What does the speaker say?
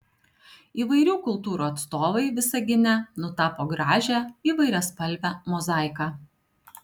įvairių kultūrų atstovai visagine nutapo gražią įvairiaspalvę mozaiką